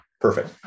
perfect